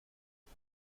لنت